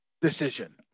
decision